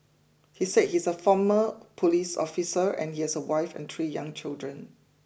he said he's a former police officer and he has a wife and three young children